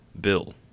Bill